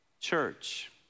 church